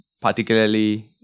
particularly